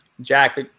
Jack